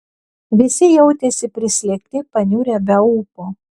visi jautėsi prislėgti paniurę be ūpo